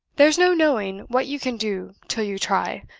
there's no knowing what you can do till you try,